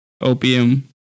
opium